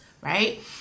right